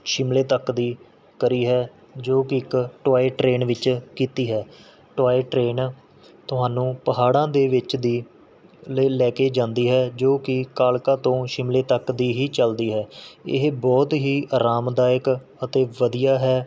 ਸ਼ਿਮਲੇ ਤੱਕ ਦੀ ਕਰੀ ਹੈ ਜੋ ਕਿ ਇੱਕ ਟੋਆਏ ਟਰੇਨ ਵਿੱਚ ਕੀਤੀ ਹੈ ਟੋਆਏ ਟਰੇਨ ਤੁਹਾਨੂੰ ਪਹਾੜਾਂ ਦੇ ਵਿੱਚ ਦੀ ਲ ਲੈ ਕੇ ਜਾਂਦੀ ਹੈ ਜੋ ਕਿ ਕਾਲਕਾ ਤੋਂ ਸ਼ਿਮਲੇ ਤੱਕ ਦੀ ਹੀ ਚੱਲਦੀ ਹੈ ਇਹ ਬਹੁਤ ਹੀ ਅਰਾਮਦਾਇਕ ਅਤੇ ਵਧੀਆ ਹੈ